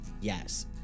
yes